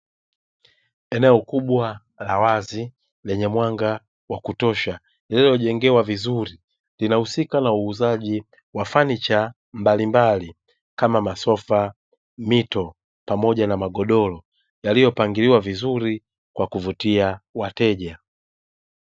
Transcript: Eneo kubwa la wazi lenye mwanga wa kutosha lilijengewa vizuri inahusika na uuzaji wa samani mbalimbali kama masofa, mito pamoja na magodoro yaliyopangiliwa vizuri kwa kuvutia wateja.